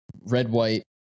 red-white